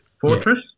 Fortress